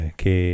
che